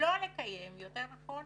לא לקיים יותר נכון,